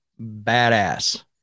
badass